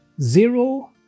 Zero